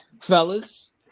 fellas